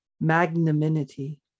Magnanimity